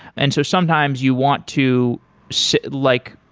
and so sometimes you want to so like,